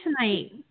tonight